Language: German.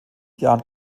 jahren